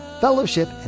fellowship